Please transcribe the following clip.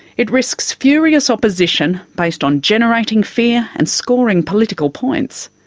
it risks furious opposition based on generating fear and scoring political points.